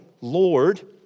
Lord